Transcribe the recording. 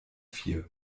vier